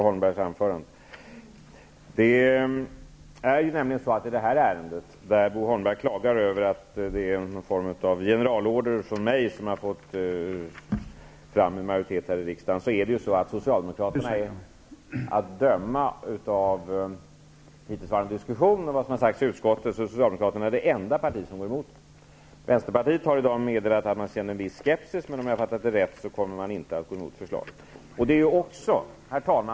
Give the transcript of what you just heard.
Herr talman! Bo Holmberg klagar över att det är någon form av generalorder från mig som i det här ärendet har fått fram en majoritet här i riksdagen, men att döma av hittillsvarande diskussion och vad som har sagts i utskottet, är Socialdemokraterna det enda parti som har gått emot majoritetens uppfattning i det här ärendet. Vänsterpartiet har i dag meddelat att man känner en viss skepsis, men om jag har fattat det rätt, kommer Vänsterpartiet inte vid voteringen att gå emot förslaget. Herr talman!